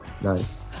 Nice